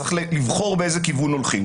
צריך לבחור באיזה כיוון הולכים.